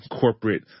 corporate